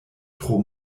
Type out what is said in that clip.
tro